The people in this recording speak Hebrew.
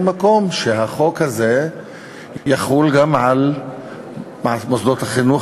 מקום שהחוק הזה יחול גם על מוסדות החינוך,